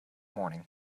morning